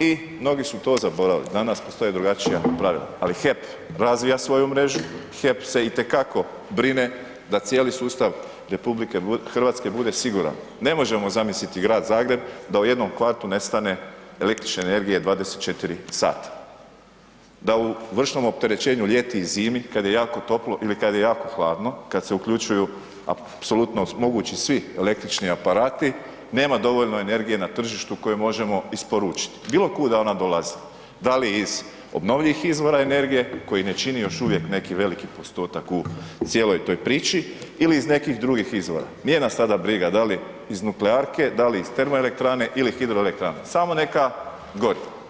i mnogi su to zaboravili, danas postoje drugačija pravila, ali HEP razvija svoju mrežu, HEP se itekako brine da cijeli sustav RH bude siguran, ne možemo zamisliti Grad Zagreb da u jednom kvartu nestane električne energije 24 sata, da u vršnom opterećenju ljeti i zimi, kad je jako toplo ili kad je jako hladno, kad se uključuju apsolutno mogući svi električni aparati, nema dovoljno energije na tržištu koje možemo isporučiti, bilo kuda ona dolazi da li iz obnovljivih izvora energije koji ne čini još uvijek neki veliki postotak u cijeloj toj priči ili iz nekih drugih izvora, nije nas tada briga da li iz nuklearke, da li iz termoelektrane ili hidroelektrane, samo neka gori.